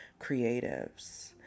creatives